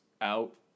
out